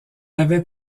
avait